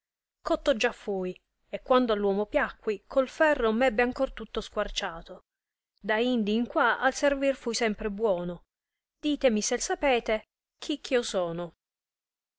cotto già fui e quando all'uomo piacqui col feri'o m ebbe ancor tutto squarciato da indi in qua al servir fui sempre buono ditemi se sapete chi eh io sono